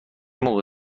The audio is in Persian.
موقع